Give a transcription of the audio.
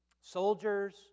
Soldiers